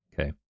Okay